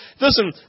listen